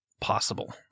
possible